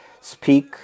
Speak